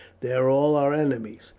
they are all our enemies,